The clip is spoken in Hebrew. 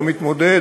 לא מתמודד,